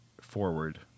forward